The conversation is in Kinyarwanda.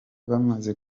bamaze